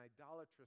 idolatrous